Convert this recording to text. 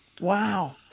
Wow